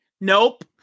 nope